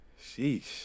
Sheesh